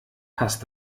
passt